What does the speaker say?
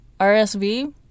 RSV